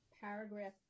paragraph